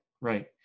right